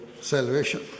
salvation